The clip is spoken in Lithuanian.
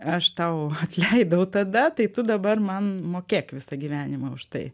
aš tau atleidau tada tai tu dabar man mokėk visą gyvenimą už tai